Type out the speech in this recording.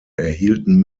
erhielten